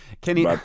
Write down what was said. Kenny